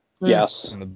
Yes